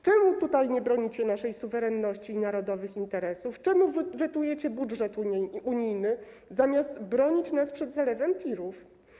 Czemu w tym zakresie nie bronicie naszej suwerenności i narodowych interesów, czemu wetujecie budżet unijny, zamiast bronić nas przed zalewem TIR-ów?